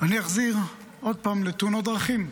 אני אחזיר עוד פעם לתאונות דרכים.